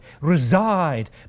reside